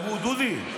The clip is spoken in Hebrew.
אמרו: דודי,